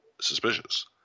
suspicious